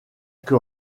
que